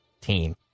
team